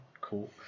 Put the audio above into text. cool